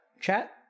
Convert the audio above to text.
Chat